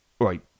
Right